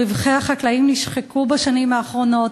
ורווחי החקלאים נשחקו בשנים האחרונות.